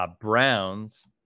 Browns